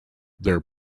their